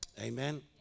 amen